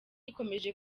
ikomeje